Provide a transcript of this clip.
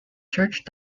church